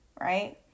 right